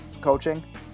coaching